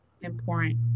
important